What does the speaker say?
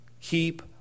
keep